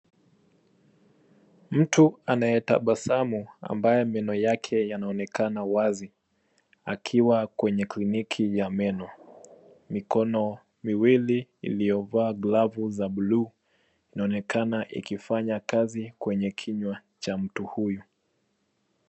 Mtu anayetabasamu, ambaye meno yake yanaonekana wazi, akiwa kwenye kliniki ya meno. Mikono miwili iliyovaa glavu za bluu inaonekana ikifanya kazi kwenye kinywa cha mtu huyu.